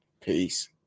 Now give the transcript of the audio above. peace